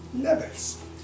levels